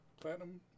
Platinum